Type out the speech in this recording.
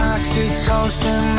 Oxytocin